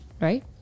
right